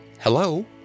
Hello